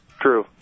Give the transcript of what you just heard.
True